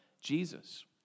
Jesus